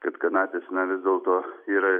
kad kanapės na vis dėlto yra